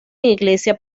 iglesia